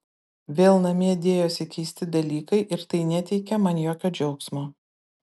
vėl namie dėjosi keisti dalykai ir tai neteikė man jokio džiaugsmo